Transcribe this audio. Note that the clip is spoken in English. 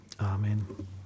amen